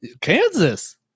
kansas